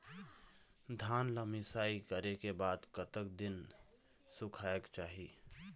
धान ला मिसाई करे के बाद कतक दिन सुखायेक चाही?